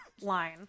line